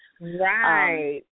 Right